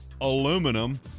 aluminum